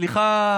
סליחה,